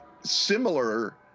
similar